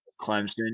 Clemson